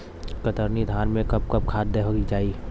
कतरनी धान में कब कब खाद दहल जाई?